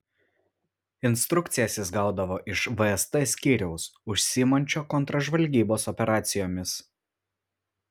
instrukcijas jis gaudavo iš fst skyriaus užsiimančio kontržvalgybos operacijomis